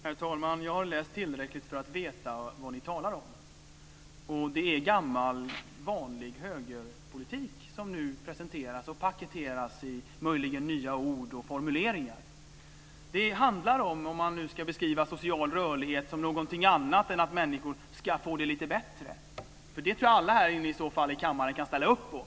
Herr talman! Jag har läst tillräckligt för att veta vad ni talar om. Det är gammal vanlig högerpolitik som nu presenteras och paketeras i möjligen nya ord och formuleringar. Om man ska beskriva social rörlighet som någonting som innebär att människor ska få det lite bättre tror jag alla här i kammaren kan ställa upp på det.